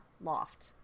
loft